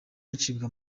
gucibwa